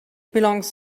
belongs